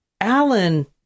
Alan